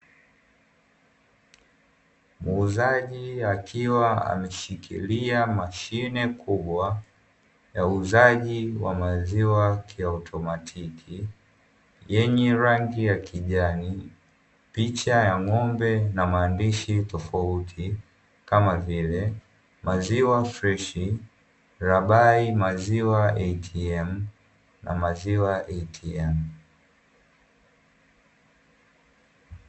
Muuzaji akiwa ameshikilia mashine kubwa ya uuzaji wa mazima kiautomatiki, yenye rangi ya kijani, picha ya ngo'mbe na maandishi tofauti kama vile "maziwa freshi Rabai maziwa ATM"na "maziwa ATM".